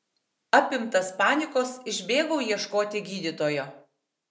apimtas panikos išbėgau ieškoti gydytojo